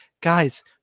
Guys